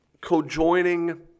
co-joining